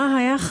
מה זה אומר?